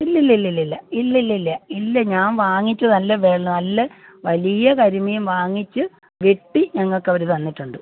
ഇല്ലില്ലില്ലില്ലില്ല ഇല്ലില്ലില്ല ഇല്ല ഞാൻ വാങ്ങിച്ച് നല്ല വെ നല്ല വലിയ കരിമീൻ വാങ്ങിച്ച് വെട്ടി ഞങ്ങൾക്ക് അവർ തന്നിട്ടുണ്ട്